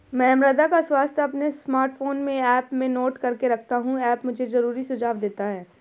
मैं मृदा का स्वास्थ्य अपने स्मार्टफोन में ऐप में नोट करके रखता हूं ऐप मुझे जरूरी सुझाव देता है